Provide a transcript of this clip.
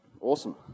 Awesome